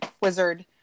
wizard